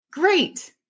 great